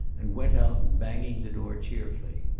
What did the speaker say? and went out, banging the door cheerfully.